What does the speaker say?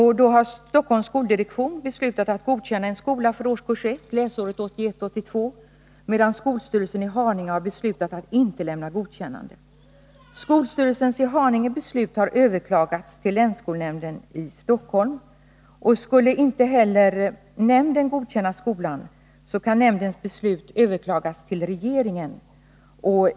Stockholms skoldirektion har beslutat att godkänna en skola för årskurs 1 läsåret 1981/82, medan skolstyrelsen i Haninge kommun har stiftelsen har ansökt om godkännade av skolor i två beslutat att inte lämna godkännande. Skolstyrelsens i Haninge kommun beslut har överklagats till länsskolnämnden i Stockholm, och skulle inte heller nämnden godkänna skolan kan nämndens beslut överklagas till regeringen.